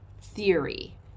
theory